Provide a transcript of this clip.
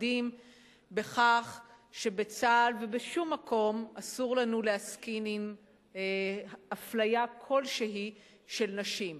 מאוחדים בכך שבצה"ל ובשום מקום אסור לנו להסכין לאפליה כלשהי של נשים.